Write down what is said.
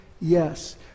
yes